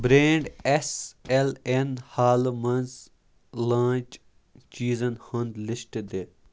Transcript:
brand S L N حالہٕ مَنٛز launch چیٖزن ہُنٛد لِسٹ دِ